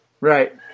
Right